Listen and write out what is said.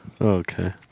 Okay